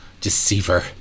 Deceiver